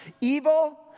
evil